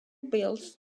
bills